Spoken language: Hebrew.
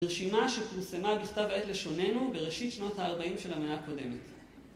רשימה שפורסמה בכתב העת לשוננו בראשית שנות ה-40 של המאה הקודמת.